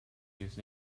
nearest